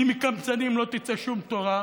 כי מקמצנים לא תצא שום תורה.